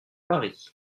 paris